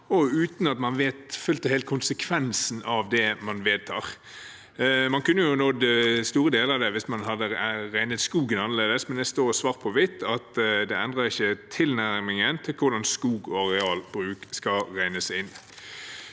og uten at man vet fullt og helt konsekvensen av det man vedtar. Man kunne nådd store deler av det hvis man hadde regnet skogen annerledes, men det står svart på hvitt at det ikke endrer tilnærmingen til hvordan skog og arealbruk skal regnes inn.